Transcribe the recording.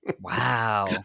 Wow